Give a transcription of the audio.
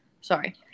Sorry